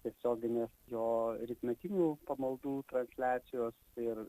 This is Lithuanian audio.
tiesioginės jo rytmetinių pamaldų transliacijos ir